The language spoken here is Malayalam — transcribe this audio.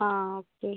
ആ ഓക്കേ